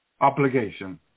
obligation